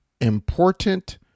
important